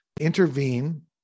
intervene